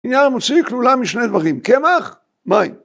ענין המוציא(?) כלולה משני דברים: ‫קמח, מים.